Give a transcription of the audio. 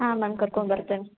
ಹಾಂ ಮ್ಯಾಮ್ ಕರ್ಕೊಂಡು ಬರ್ತೀನಿ